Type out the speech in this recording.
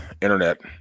internet